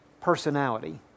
personality